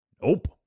Nope